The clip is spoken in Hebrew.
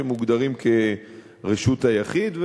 שמוגדרים כרשות היחיד,